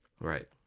Right